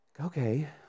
Okay